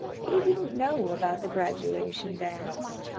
he didn't know about the graduation dance.